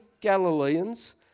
Galileans